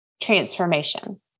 transformation